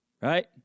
Right